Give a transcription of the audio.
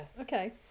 okay